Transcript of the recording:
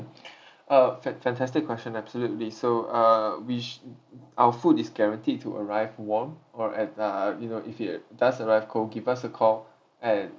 uh fan~ fantastic question absolutely so uh we sh~ our food is guaranteed to arrive warm or at a you know if it does arrive cold give us a call and